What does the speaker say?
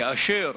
כאשר